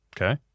Okay